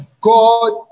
God